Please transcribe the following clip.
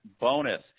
bonus